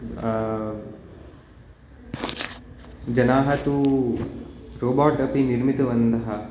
जनाः तु रोबाट् अपि निर्मितवन्तः